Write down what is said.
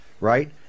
right